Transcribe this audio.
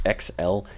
XL